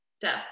death